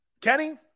Kenny